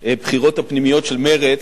בבחירות הפנימיות של מרצ.